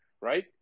right